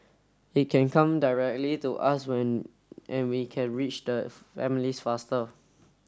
it can come directly to us when and we can reach the families faster